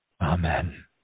Amen